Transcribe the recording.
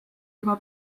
juba